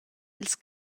ils